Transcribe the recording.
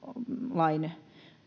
lain